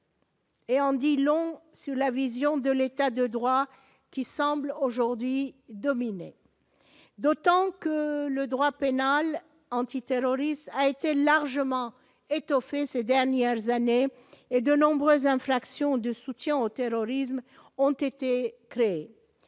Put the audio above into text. Et en dit long sur la vision de l'État de droit qui semble aujourd'hui dominer, d'autant que le droit pénal antiterroriste a été largement étoffé ces dernières années et de l'ombre infraction de soutien au terrorisme ont été créés,